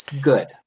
Good